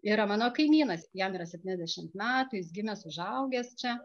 yra mano kaimynas jam yra septyniasdešimt metų jis gimęs užaugęs čia